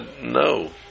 no